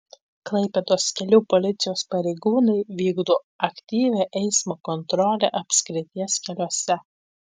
klaipėdos kelių policijos pareigūnai vykdo aktyvią eismo kontrolę apskrities keliuose